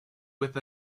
with